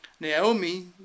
Naomi